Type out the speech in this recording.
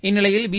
இந்நிலையில் பி